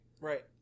Right